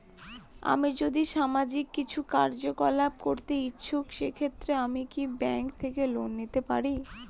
আমি যদি সামাজিক কিছু কার্যকলাপ করতে ইচ্ছুক সেক্ষেত্রে আমি কি ব্যাংক থেকে লোন পেতে পারি?